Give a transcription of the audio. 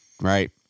Right